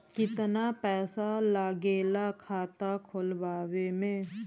कितना पैसा लागेला खाता खोलवावे में?